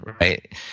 right